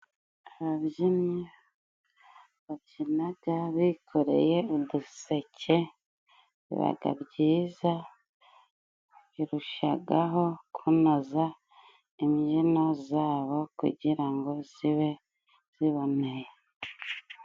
Ababyinnyi babyinaga bikoreye uduseke bibaga byiza. Birushagaho kunoza imbyino zabo kugira ngo zibe ziboneye.